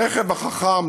הרכב החכם,